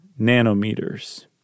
nanometers